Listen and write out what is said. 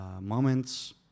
moments